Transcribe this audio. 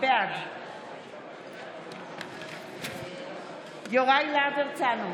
בעד יוראי להב הרצנו,